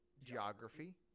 geography